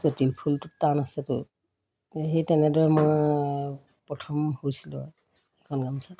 তিল ফুলটোত টান আছেতো সেই তেনেদৰে মই প্ৰথম হৈছিলোঁ আৰু এখন গামোচাত